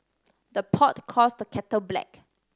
the pot calls the kettle black